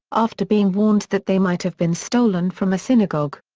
after being warned that they might have been stolen from a synagogue.